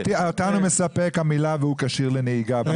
אותנו מספקת המילה "והוא כשיר לנהיגה".